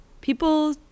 People